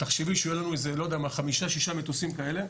תחשבי שיהיו לנו חמישה-שישה מטוסים כאלה.